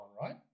right